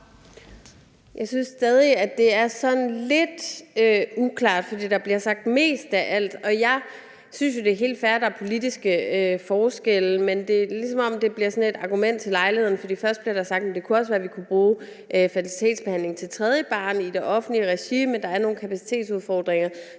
Jeg synes stadig, at det er sådan lidt uklart. For der bliver sagt »mest af alt«, og jeg synes jo, det er helt fair, at der er politiske forskelle. Men det er, ligesom om det bliver sådan et argument til lejligheden. For der bliver først sagt, at det også kunne være, at vi kunne bruge fertilitetsbehandlingen til et tredje barn i det offentlige regi, men at der er nogle kapacitetsudfordringer.